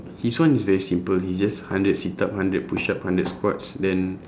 his one is very simple he just hundred sit up hundred push up hundred squats then